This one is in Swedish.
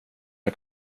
jag